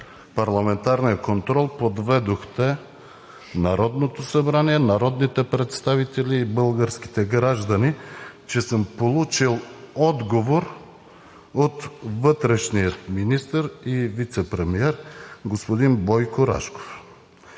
парламентарния контрол подведохте Народното събрание, народните представители и българските граждани, че съм получил отговор от вътрешния министър и вицепремиер господин Бойко Рашков.